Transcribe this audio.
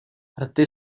rty